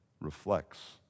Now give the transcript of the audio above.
reflects